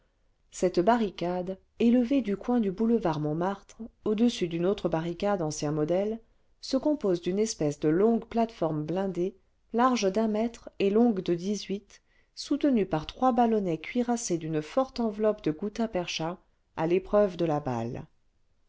cette barricade élevée du coin du boulevard montmartre au-dessus d'une autre barricade ancien modèle se compose d'une espèce de longue plate-forme blindée large d'un mètre et longue de dix-huit soutenue par trois ballonnets cuirassés d'une forte enveloppe de gutta-percha à l'épreuve de la balle